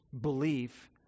belief